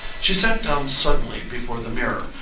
she sat down suddenly before the mirror,